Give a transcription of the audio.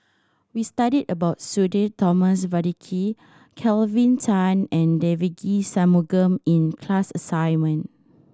we studied about Sudhir Thomas Vadaketh Kelvin Tan and Devagi Sanmugam in class assignment